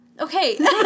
Okay